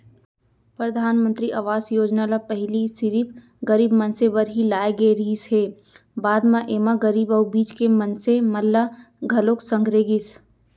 परधानमंतरी आवास योजना ल पहिली सिरिफ गरीब मनसे बर ही लाए गे रिहिस हे, बाद म एमा गरीब अउ बीच के मनसे मन ल घलोक संघेरे गिस